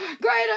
Greater